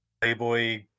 Playboy